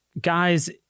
Guys